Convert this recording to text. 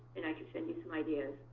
and i can send you some ideas.